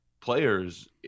players